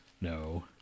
No